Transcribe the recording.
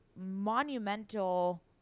monumental –